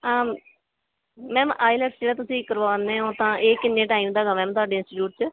ma'am eyelash ਜਿਹੜਾ ਤੁਸੀਂ ਕਰਵਾਉਂਦੇ ਹੋ ਤਾਂ ਇਹ ਕਿੰਨੇ ਟਾਈਮ ਦਾ ਗਾ ਮੈਮ ਤੁਹਾਡੇ ਇੰਸਟੀਟਿਊਟ 'ਚ